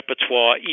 repertoire